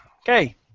Okay